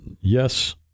yes